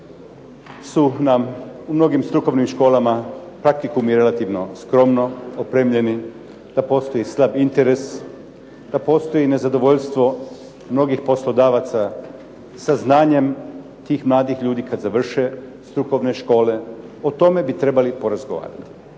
su nam u mnogim strukovnim školama praktikumi relativno skromno opremljeni, da postoji slab interes, da postoji nezadovoljstvo mnogih poslodavaca sa znanjem tih mladih ljudi kad završe strukovne škole. O tome bi trebali porazgovarati.